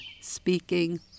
speaking